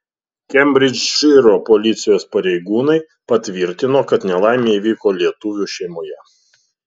kembridžšyro policijos pareigūnai patvirtino kad nelaimė įvyko lietuvių šeimoje